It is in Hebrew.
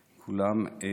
כולם,